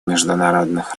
международных